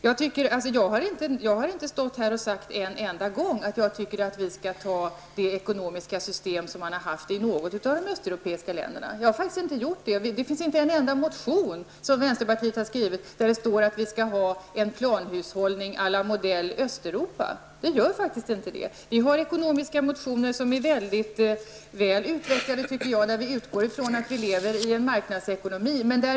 Jag har inte en enda gång stått här och sagt att jag tycker att vi skall ha ett sådant ekonomiskt system som man har haft i något av de östeuropeiska länderna. Jag har faktiskt inte gjort det. Det finns inte en enda motion från vänsterpartiet där det sägs att vi skall ha planhushållning enligt östeuropeisk modell. Vi har ekonomiska motioner som jag tycker är mycket väl utvecklade, där vi utgår ifrån att vi lever i en marknadsekonomi.